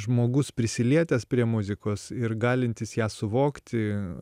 žmogus prisilietęs prie muzikos ir galintis ją suvokti